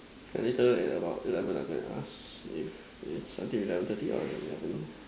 later about eleven I'll go and ask if it's until eleven thirty or eleven